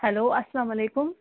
hello اسلام علیکُم